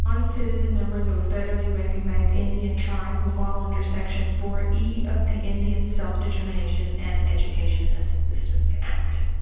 non-citizen members of a federally recognized indian tribe who fall under section four e of the indian self-determination and education assistance act.